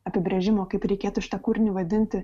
apibrėžimo kaip reikėtų šitą kūrinį vadinti